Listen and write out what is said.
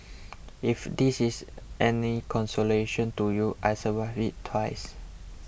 if this is any consolation to you I survived it twice